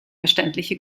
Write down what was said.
verständliche